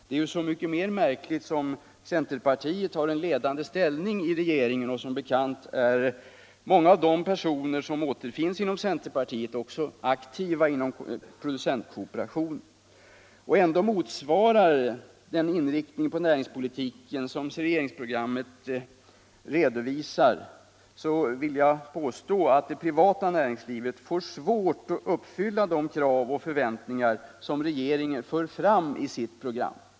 Det är så mycket mer märkligt som centerpartiet har en ledande ställning i regeringen, och som bekant är många av de personer som återfinns i centerpartiet också aktiva inom producentkooperationen. Den kooperativa företagsformen motsvarar den inriktning på näringspolitiken som regeringsprogrammet redovisar. Jag vill påstå att det privata näringslivet får svårt att uppfylla de krav och förväntningar som regeringen för fram i sitt program.